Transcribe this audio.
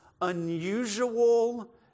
unusual